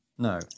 No